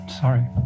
Sorry